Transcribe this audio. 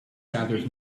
gathers